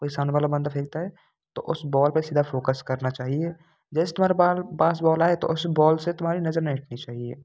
जो सामने वाला बंदा फेंकता है तो उस बाल पर सीधा फोकस करना चाहिए जैसे तुम्हारा बॉल फास्ट बाल आये तो उस बाल से तुम्हारी नज़र हटनी नहीं चाहिए